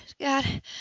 God